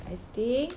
I think